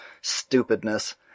stupidness